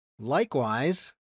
Likewise